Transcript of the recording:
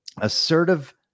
assertive